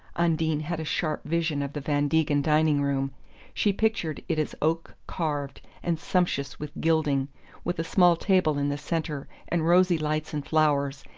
undine had a sharp vision of the van degen dining-room she pictured it as oak-carved and sumptuous with gilding with a small table in the centre, and rosy lights and flowers,